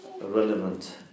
relevant